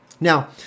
Now